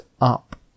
up